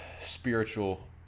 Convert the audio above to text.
spiritual